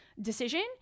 decision